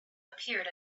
appeared